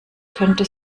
könnte